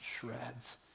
shreds